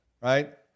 right